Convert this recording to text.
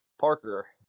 parker